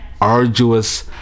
arduous